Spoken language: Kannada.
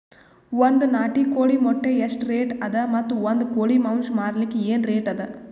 ಒಂದ್ ನಾಟಿ ಕೋಳಿ ಮೊಟ್ಟೆ ಎಷ್ಟ ರೇಟ್ ಅದ ಮತ್ತು ಒಂದ್ ಕೋಳಿ ಮಾಂಸ ಮಾರಲಿಕ ಏನ ರೇಟ್ ಅದ?